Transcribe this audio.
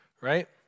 Right